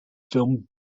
film